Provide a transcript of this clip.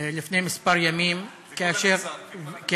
לפני כמה ימים, כאשר,